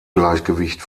gleichgewicht